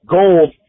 gold